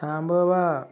थांबवा